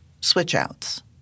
switch-outs